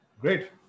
Great